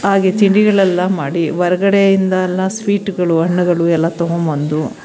ಹಾಗೆ ತಿಂಡಿಗಳೆಲ್ಲ ಮಾಡಿ ಹೊರಗಡೆಯಿಂದಲ್ಲ ಸ್ವೀಟುಗಳು ಹಣ್ಣುಗಳು ಎಲ್ಲ ತಗೊಂಡ್ಬಂದು